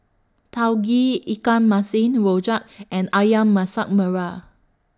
Tauge Ikan Masin Rojak and Ayam Masak Merah